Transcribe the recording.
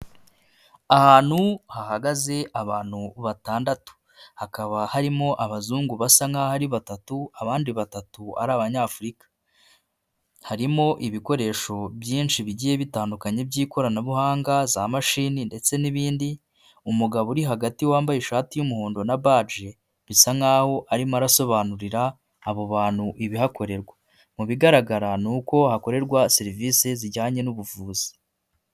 Ahantu hahagaze abantu batandatu, hakaba harimo abazungu basa nkaho ari batatu abandi batatu ari abanyafurika, harimo ibikoresho byinshi bigiye bitandukanye by'ikoranabuhanga, za mashini ndetse n'ibindi, umugabo uri hagati wambaye ishati y'umuhondo na baji bisa nkaho arimo arasobanurira abo bantu ibihakorerwa, mu bigaragara ni uko hakorerwa serivise zijyanye n'ubuvuzi.